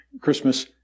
Christmas